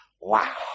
Wow